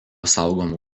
saugomų